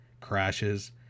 crashes